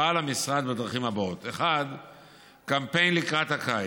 פעל המשרד בדרכים הבאות: קמפיין לקראת הקיץ,